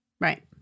Right